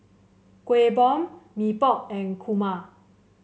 Kueh Bom Mee Pok and kurma